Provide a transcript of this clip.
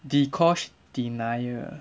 dee kosh denial